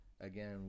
again